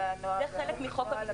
זה הנוהג הממשלתי.